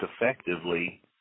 effectively